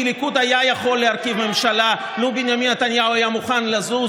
כי הליכוד היה יכול להרכיב ממשלה לו בנימין נתניהו היה מוכן לזוז